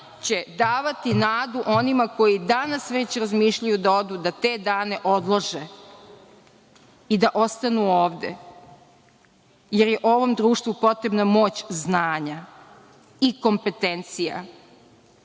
će davati nadu onima koji danas već razmišljaju da odu, da te dane odlože i da ostanu ovde, jer je ovom društvu potrebna moć znanja i kompetencija.